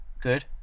Good